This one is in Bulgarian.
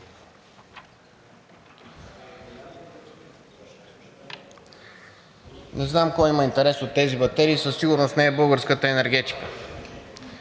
Не знам кой има интерес от тези батерии, със сигурност не е българската енергетика.